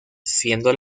siendo